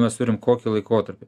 mes turim kokį laikotarpį